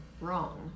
wrong